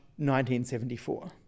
1974